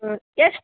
ಹ್ಞೂ ಎಷ್ಟು